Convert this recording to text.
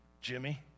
Jimmy